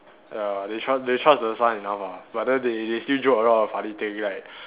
ya they trust they trust the son enough lah but then they they still joke around funny thing like